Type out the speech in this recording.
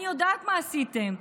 אני יודעת מה עשיתם.